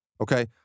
Okay